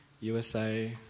USA